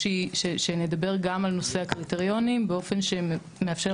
שנדבר גם על נושא הקריטריונים באופן שמאפשר